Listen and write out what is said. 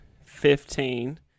fifteen